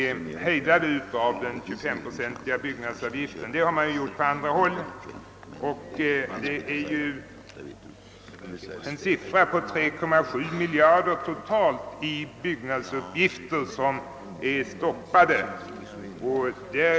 Jag har fått den uppfattningen att regeringen gör en genomgripande översyn av hela budgeten med en — med hänsyn till det nya strävare och svårare ekonomiska läge som vi har råkat i — strängare behandling av anslagen. Jag har i hög grad gillat detta och jag vill gärna få bekräftat att regeringen håller på därmed.